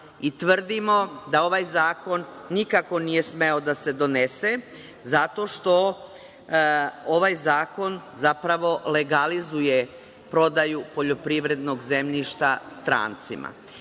i tvrdimo da ovaj zakon nikako nije smeo da se donese, zato što ovaj zakon legalizuje prodaju poljoprivrednog zemljišta strancima. Možete